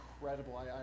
incredible